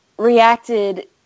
reacted